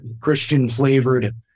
Christian-flavored